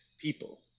people